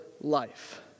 life